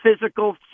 physical